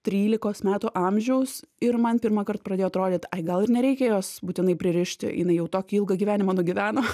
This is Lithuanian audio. trylikos metų amžiaus ir man pirmą kartą pradėjo atrodyt ai gal ir nereikia jos būtinai pririšti jinai jau tokį ilgą gyvenimą nugyveno